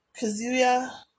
Kazuya